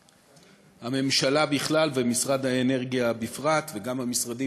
הממשלה בכלל ומשרד האנרגיה בפרט וגם המשרדים